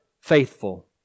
faithful